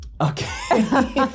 Okay